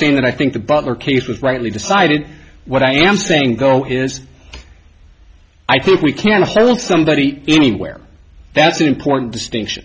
saying that i think the butler case was rightly decided what i am saying go is i think we can assemble somebody anywhere that's an important distinction